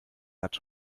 hat